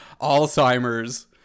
Alzheimer's